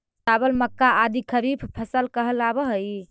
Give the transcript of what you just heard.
चावल, मक्का आदि खरीफ फसल कहलावऽ हइ